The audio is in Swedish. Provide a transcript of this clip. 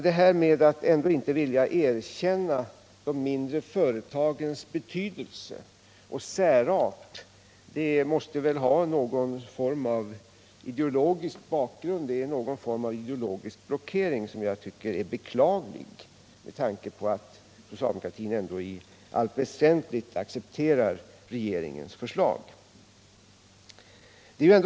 Det här draget att inte vilja erkänna de mindre företagens betydelse och särart måste väl ha någon form av ideologisk bakgrund. Det är en stark ideologisk blockering som jag tycker är beklaglig med tanke på att socialdemokratin i allt väsentligt accepterar regeringens förslag.